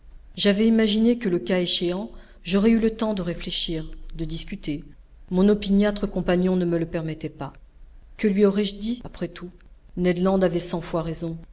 j'avais imaginé que le cas échéant j'aurais eu le temps de réfléchir de discuter mon opiniâtre compagnon ne me le permettait pas que lui aurais-je dit après tout ned land avait cent fois raison